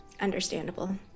Understandable